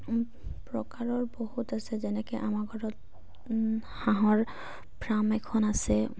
প্ৰকাৰৰ বহুত আছে যেনেকৈ আমাৰ ঘৰত হাঁহৰ ফাৰ্ম এখন আছে